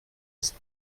ist